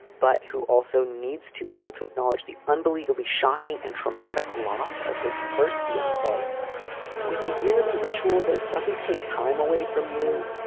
but who also needs to be able to acknowledge the unbelievably shocking and traumatic loss of his first fiancee with a yearly ritual that doesn't take time away from you.